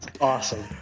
Awesome